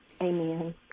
Amen